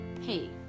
hey